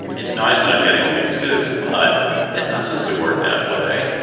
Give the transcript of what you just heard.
it's nice that i'm getting all these scoops, but it's not supposed to work that way.